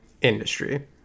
industry